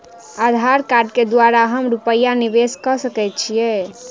आधार कार्ड केँ द्वारा हम रूपया निवेश कऽ सकैत छीयै?